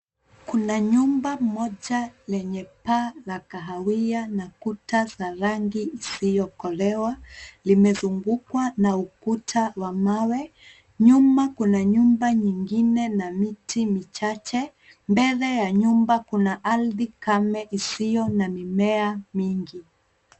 Kuna nyumba moja lenye paa la kahawia na kuta za rangi isiyokolewa limezungukwa na ukuta wa mawe. Nyuma kuna nyumba nyingine na miti michache. Mbele ya nyumba kuna ardhi kame isiyo na mimea mingi.